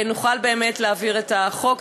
ונוכל להעביר את החוק.